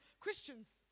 Christians